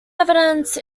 evidence